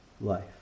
life